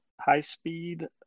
high-speed